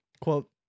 quote